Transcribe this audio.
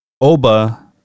Oba